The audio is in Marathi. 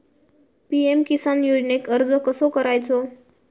पी.एम किसान योजनेक अर्ज कसो करायचो?